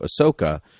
Ahsoka